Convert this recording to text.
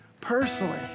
personally